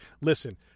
listen